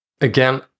again